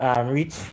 reach